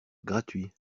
gratuit